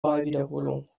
wahlwiederholung